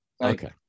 Okay